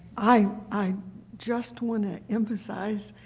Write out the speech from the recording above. i i just want to emphasize